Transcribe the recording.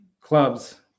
clubs